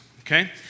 Okay